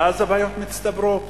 ואז הבעיות מצטברות.